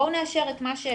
בואו נאשר את מה שאפשר,